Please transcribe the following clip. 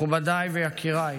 מכובדיי ויקיריי,